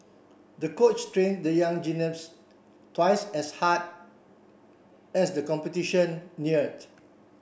the coach trained the young gymnast twice as hard as the competition neared